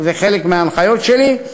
זה חלק מההנחיות שלי,